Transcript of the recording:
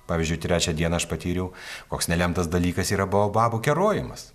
pavyzdžiui trečią dieną aš patyriau koks nelemtas dalykas yra baobabų kerojimas